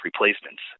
replacements